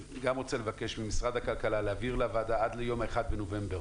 אני רוצה לבקש ממשרד הכלכלה להעביר לוועדה עד ליום ה-1 בנובמבר